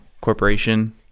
corporation